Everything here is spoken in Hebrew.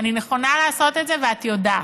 אני נכונה לעשות את זה, ואת יודעת.